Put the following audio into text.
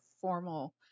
formal